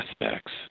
aspects